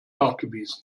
nachgewiesen